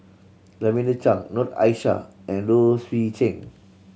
Lavender Chang Noor Aishah and Low Swee Chen